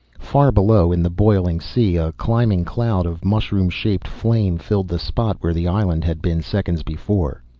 far below, in the boiling sea, a climbing cloud of mushroom-shaped flame filled the spot where the island had been seconds before.